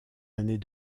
années